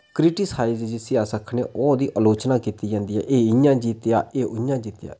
criticise जिसी अस आखने आं ओह् ओह्दी अलोचना कीती जंदी ऐ एह् इ'यां जित्तेआ एह् उ'आं जित्तेआ